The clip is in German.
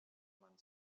man